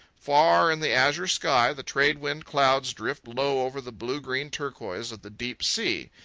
far, in the azure sky, the trade-wind clouds drift low over the blue-green turquoise of the deep sea.